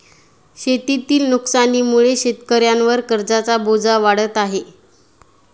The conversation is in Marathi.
शेतीतील नुकसानीमुळे शेतकऱ्यांवर कर्जाचा बोजा वाढत आहे